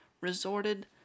resorted